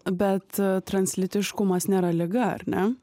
bet translytiškumas nėra liga ar ne